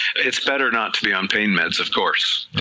it's better not to be on pain med is of course,